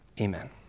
amen